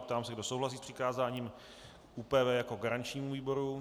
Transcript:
Ptám se, kdo souhlasí s přikázáním ÚPV jako garančnímu výboru.